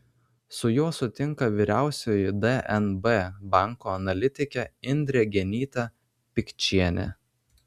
su juo sutinka vyriausioji dnb banko analitikė indrė genytė pikčienė